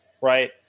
right